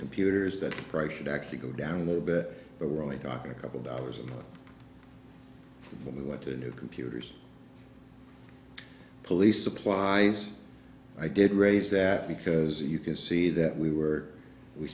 computers that price should actually go down a little bit but we're only talking a couple dollars a month when we want to new computers police supplies i get rates that because you can see that we were we